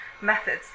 methods